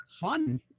fun